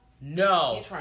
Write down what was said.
no